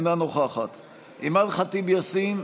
אינה נוכחת אימאן ח'טיב יאסין,